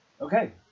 Okay